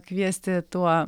kviesti tuo